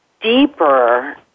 deeper